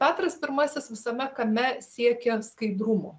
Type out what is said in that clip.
petras pirmasis visame kame siekė skaidrumo